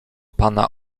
pana